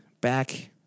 back